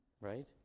right